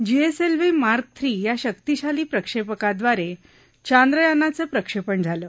GSLV mark three या शक्तिशाली प्रक्षेपकाद्वारे चांद्रयानाचं प्रक्षेपण झालं